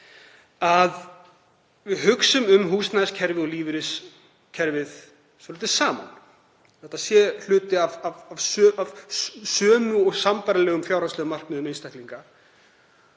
að við hugsum um húsnæðiskerfið og lífeyriskerfið saman; að það sé hluti af sömu og sambærilegum fjárhagslegum markmiðum einstaklinga.